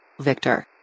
Victor